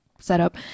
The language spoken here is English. setup